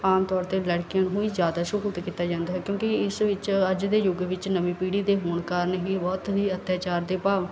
ਆਮ ਤੌਰ 'ਤੇ ਲੜਕੀਆਂ ਨੂੰ ਹੀ ਜ਼ਿਆਦਾ ਸਹੂਲਤ ਕੀਤਾ ਜਾਂਦਾ ਹੈ ਕਿਉਂਕਿ ਇਸ ਵਿੱਚ ਅੱਜ ਦੇ ਯੁਗ ਵਿੱਚ ਨਵੀਂ ਪੀੜ੍ਹੀ ਦੇ ਹੋਣ ਕਾਰਨ ਹੀ ਬਹੁਤ ਹੀ ਅੱਤਿਆਚਾਰ ਦੇ ਭਾਵ